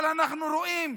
אבל אנחנו רואים,